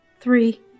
Three